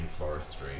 floristry